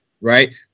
right